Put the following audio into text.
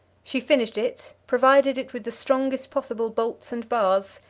she finished it, provided it with the strongest possible bolts and bars,